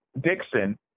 Dixon